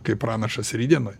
kaip pranašas rytdienai